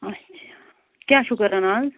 اچھا کیٛاہ چھِو کَران آز